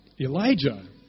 Elijah